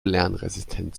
lernresistent